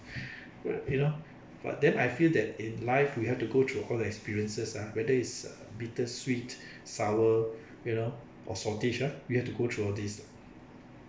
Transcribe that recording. you know but then I feel that in life we have to go through the whole experiences ah whether it's bitter sweet sour you know or saltish ah we have to go through all these